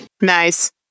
Nice